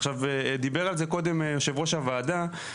עכשיו, דיבר על זה קודם יושב ראש הוועדה.